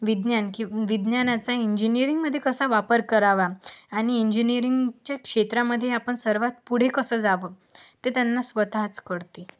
विज्ञान विज्ञानाचं इंजिनीअरिंगमध्ये कसा वापर करावा आणि इंजिनीअरिंगच्या क्षेत्रामध्ये आपण सर्वात पुढं कसं जावं ते त्यांना स्वतःच कळते